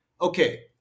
Okay